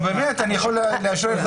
העניין הזה נראה לנו נוקשה,